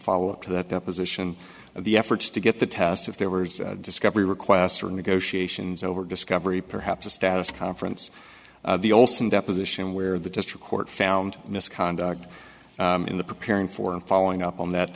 follow up to that deposition of the efforts to get the test if there were discovery requests or negotiations over discovery perhaps a status conference the olson deposition where the district court found misconduct in the preparing for and following up on that